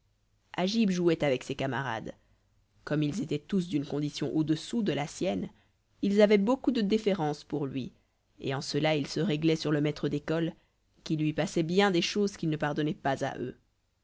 agib jouait avec ses camarades comme ils étaient tous d'une condition au-dessous de la sienne ils avaient beaucoup de déférence pour lui et en cela ils se réglaient sur le maître d'école qui lui passait bien des choses qu'il ne pardonnait pas à eux